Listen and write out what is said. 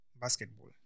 basketball